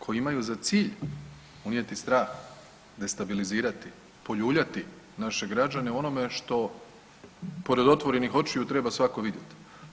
Koji imaju za cilj unijeti strah, destabilizirati, poljuljati naše građane u onome što pored otvorenih očiju treba svatko vidjeti.